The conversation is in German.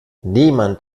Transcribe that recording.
niemand